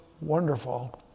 wonderful